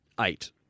Eight